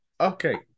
Okay